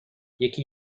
یکی